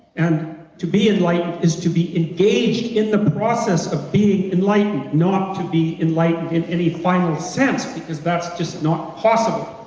and to be enlightened is to be engaged in the process of being enlightened, not to be enlightened in any final sense because that's just not possible.